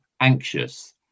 anxious